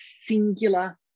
singular